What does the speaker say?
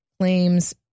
claims